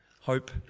Hope